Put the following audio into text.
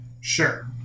Sure